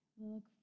Look